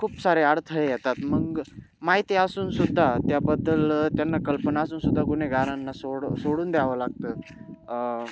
खूप सारे आडथळे येतात मग माहिती असूनसुद्धा त्याबद्दल त्यांना कल्पना असूनसुद्धा गुन्हेगारांना सोड सोडून द्यावं लागतं